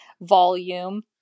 volume